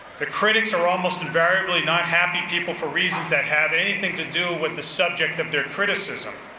the critics are almost invariably not happy people for reasons that have anything to do with the subject of their criticism.